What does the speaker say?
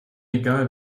egal